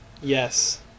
yes